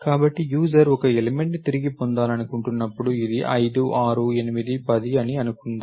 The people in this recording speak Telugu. కాబట్టి యూజర్ ఒక ఎలిమెంట్ ని తిరిగి పొందాలనుకున్నప్పుడు ఇది 5 6 8 10 అని అనుకుందాం